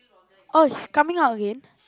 oh it's coming out again